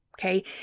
okay